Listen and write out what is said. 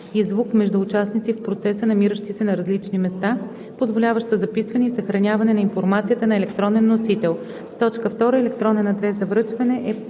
и звук между участници в процеса, намиращи се на различни места, позволяваща записване и съхраняване на информацията на електронен носител. 2. „Електронен адрес за връчване“ е